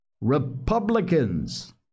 Republicans